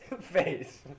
face